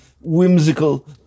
Whimsical